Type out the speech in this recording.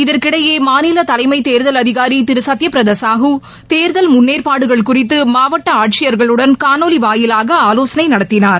இதற்கிடையே மாநில தலைமை தேர்தல் அதிகாரி திரு சத்ய பிரதா சாஹூ தேர்தல் முன்னேற்பாடுகள் குறித்து மாவட்ட ஆட்சியர்களுடன் காணொலி வாயிலாக ஆலோசனை நடத்தினார்